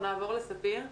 נעבור לספיר.